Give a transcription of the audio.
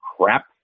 crap